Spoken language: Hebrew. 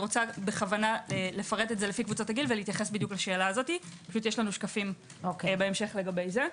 יש לנו שקפים בהמשך לגבי זה.